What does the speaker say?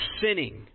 sinning